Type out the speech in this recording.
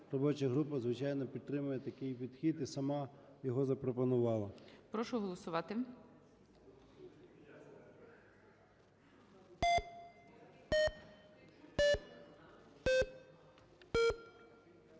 робоча група, звичайно, підтримує такий підхід і сама його запропонувала.